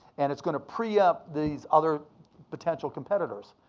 and it's gonna preempt these other potential competitors.